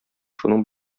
шуның